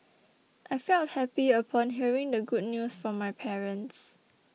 I felt happy upon hearing the good news from my parents